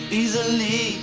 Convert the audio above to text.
easily